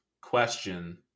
question